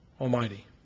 Almighty